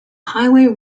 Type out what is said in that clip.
highway